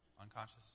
Unconscious